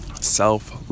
self